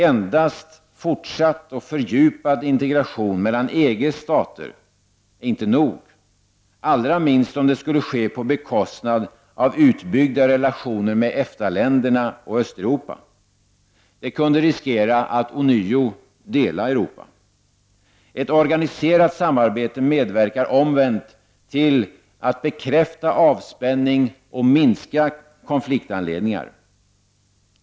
Endast fortsatt och fördjupad integration mellan EG:s stater är inte nog, allra minst om det skulle ske på be kostnad av utbyggda relationer med EFTA-länderna och Östeuropa. Det kunde riskera att ånyo dela Europa. Ett organiserat samarbete medverkar omvänt till att bekräfta avspänning och minska konfliktanledningar.